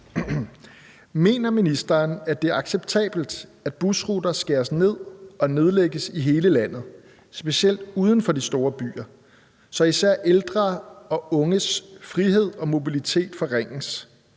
Mener ministeren, at det er acceptabelt, at busruter skæres ned og nedlægges i hele landet – specielt uden for de store byer – så især ældre og unges frihed og mobilitet forringes,